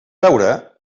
veure